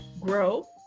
grow